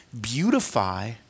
beautify